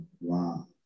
wow